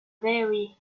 very